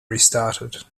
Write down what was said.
restarted